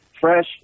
fresh